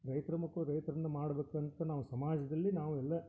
ರೈತ್ರ ಮಕ್ಕಳು ರೈತರಿಂದ ಮಾಡಬೇಕಂತ ನಾವು ಸಮಾಜದಲ್ಲಿ ನಾವು ಎಲ್ಲ